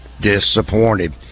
disappointed